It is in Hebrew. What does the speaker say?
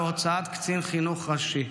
בהוצאת קצין חינוך ראשי,